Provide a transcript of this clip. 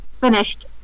finished